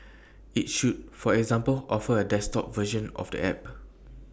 IT should for example offer A desktop version of the app